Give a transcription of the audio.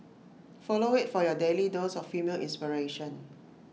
follow IT for your daily dose of female inspiration